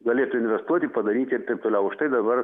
galėtų investuoti padaryti ir taip toliau už tai dabar